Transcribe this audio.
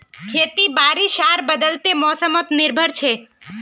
खेती बारिश आर बदलते मोसमोत निर्भर छे